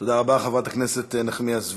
תודה רבה, חברת הכנסת נחמיאס ורבין.